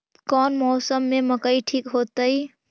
कौन मौसम में मकई ठिक होतइ?